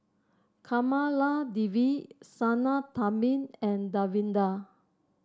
Kamaladevi Sinnathamby and Davinder